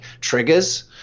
triggers